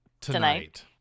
Tonight